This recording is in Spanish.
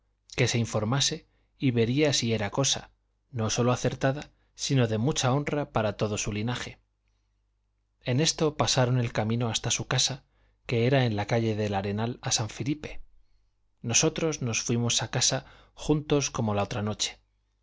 que se informase y vería si era cosa no sólo acertada sino de mucha honra para todo su linaje en esto pasaron el camino hasta su casa que era en la calle del arenal a san filipe nosotros nos fuimos a casa juntos como la otra noche